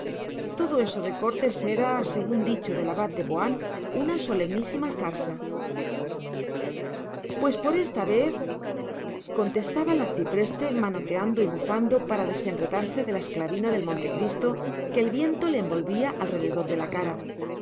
todo eso de cortes era según dicho del abad de boán una solemnísima farsa pues por esta vez contestaba el arcipreste manoteando y bufando para desenredarse de la esclavina del montecristo que el viento le envolvía alrededor de la cara por